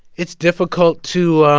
it's difficult to